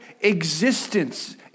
existence